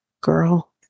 girl